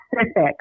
specific